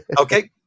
Okay